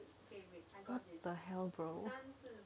what the hell bro